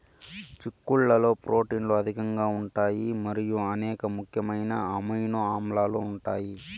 చిక్కుళ్లలో ప్రోటీన్లు అధికంగా ఉంటాయి మరియు అనేక ముఖ్యమైన అమైనో ఆమ్లాలు ఉంటాయి